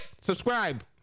Subscribe